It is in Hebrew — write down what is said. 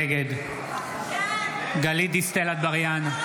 נגד גלית דיסטל אטבריאן,